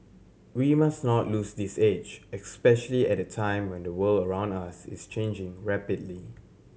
we must not lose this edge especially at a time when the world around us is changing rapidly